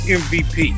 mvp